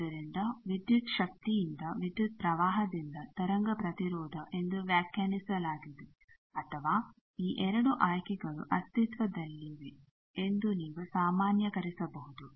ಆದ್ದರಿಂದ ವಿದ್ಯುತ್ ಶಕ್ತಿಯಿಂದ ವಿದ್ಯುತ್ ಪ್ರವಾಹದಿಂದ ತರಂಗ ಪ್ರತಿರೋಧ ಎಂದು ವ್ಯಾಖ್ಯಾನಿಸಲಾಗಿದೆ ಅಥವಾ ಈ 2 ಆಯ್ಕೆಗಳು ಅಸ್ತಿತ್ವದಲ್ಲಿವೆ ಎಂದು ನೀವು ಸಾಮಾನ್ಯಕರಿಸಬಹುದು